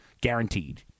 Guaranteed